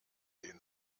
den